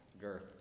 girth